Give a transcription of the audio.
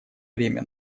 время